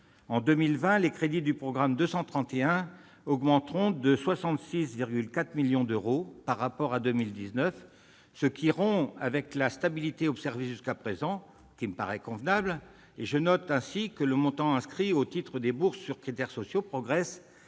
En 2020, les crédits du programme 231 augmenteront de 66,4 millions d'euros par rapport à 2019, ce qui rompt avec la stabilité observée jusqu'à présent. Je note ainsi que le montant inscrit au titre des bourses sur critères sociaux progresse